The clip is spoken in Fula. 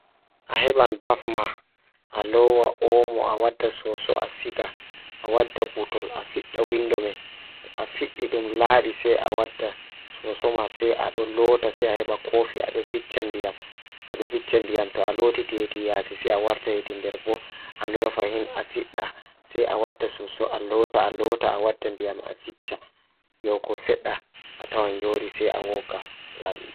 Njiddaade siki e ndiyam ngam sabu ndiyam so tawii njillataa he window, jokkondir ko to ɗaɓɓu njillataa. Njiddere caɗeele ngam fitirnde window, holla ngam waɗde so tawii cuɓɓoraa hoto, nde waawataa njabbude ngam fitirnde window ngal